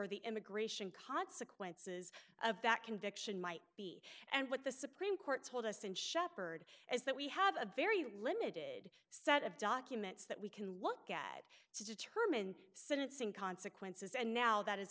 or the immigration consequences of that conviction might be and what the supreme court told us and shepherd is that we have a very limited set of documents that we can look at to determine sentencing consequences and now that